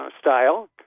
style